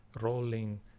rolling